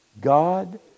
God